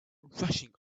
rushing